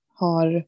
har